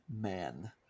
man